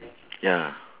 ya